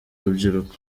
urubyiruko